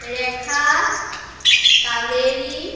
Rekha Kaveri